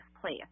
place